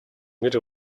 мире